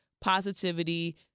positivity